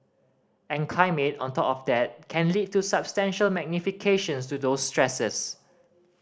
and climate on top of that can lead to substantial magnifications to those stresses